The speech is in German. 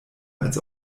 als